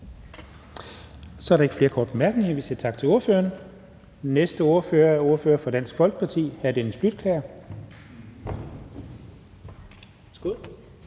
Så er der ikke flere korte bemærkninger. Vi siger tak til ordføreren. Næste ordfører er ordføreren for Dansk Folkeparti, hr. Dennis Flydtkjær.